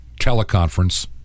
teleconference